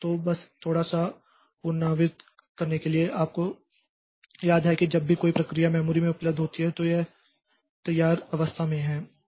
तो बस थोड़ा सा पुनरावृत्ति करने के लिए आपको याद है कि जब भी कोई प्रक्रिया मेमोरी में उपलब्ध होती है तो यह तैयार अवस्था में है